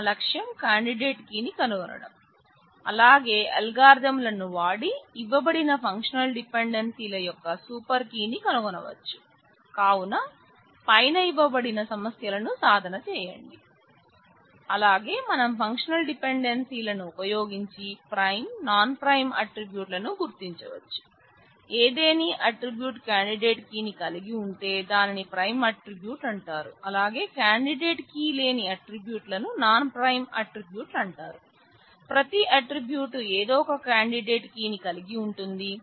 మన లక్ష్యం candidate key ని కనుగొనటం అలాగే అల్గారిథంలను వాడి ఇవ్వబడిన ఫంక్షనల్ డిపెండెన్సీ ని కనుగొనవచ్చు కావున పైన ఇవ్వబడిన సమస్య లను సాధన చేయండి అలాగే మనం ఫంక్షనల్ డిపెండెన్సీ ని కలిగి ఉంటుంది